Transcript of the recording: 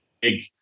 big